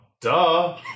duh